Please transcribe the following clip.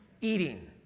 eating